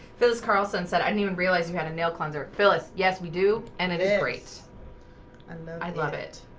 phyllis carlson said i don't even realize you had a nail cleanser phyllis. yes, we do and it is great and i love it